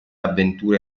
avventure